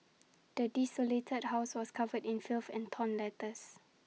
the desolated house was covered in filth and torn letters